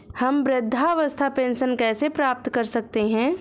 हम वृद्धावस्था पेंशन कैसे प्राप्त कर सकते हैं?